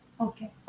Okay